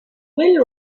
will